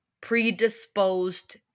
predisposed